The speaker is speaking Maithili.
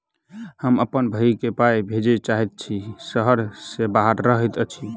हम अप्पन भयई केँ पाई भेजे चाहइत छि जे सहर सँ बाहर रहइत अछि